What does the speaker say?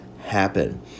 happen